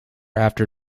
after